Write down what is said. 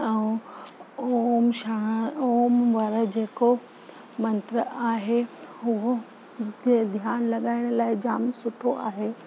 ऐं ओम शां ओम वारा जेको मंत्र आहे उओ ध ध्यानु लॻाइण लाइ जाम सुठो आहे